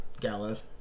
Gallows